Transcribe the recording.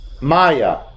Maya